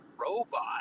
robot